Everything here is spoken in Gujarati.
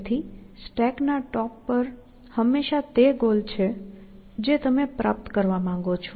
તેથી સ્ટેક ના ટોપ પર હંમેશાં તે ગોલ છે જે તમે પ્રાપ્ત કરવા માંગો છો